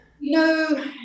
No